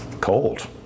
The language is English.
cold